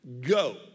go